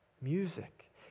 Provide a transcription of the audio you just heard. music